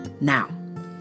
Now